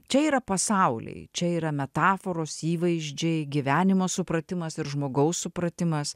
čia yra pasauliai čia yra metaforos įvaizdžiai gyvenimo supratimas ir žmogaus supratimas